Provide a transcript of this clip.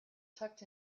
tucked